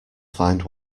find